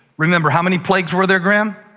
remember, how many plagues were there, graham?